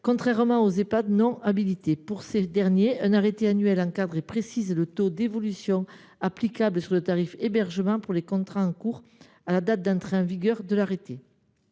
contrairement aux Ehpad non habilités. Pour ces derniers, un arrêté annuel encadre et précise le taux d’évolution applicable sur le tarif hébergement pour les contrats en cours à la date d’entrée en vigueur de l’arrêté.